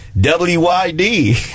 W-Y-D